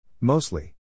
Mostly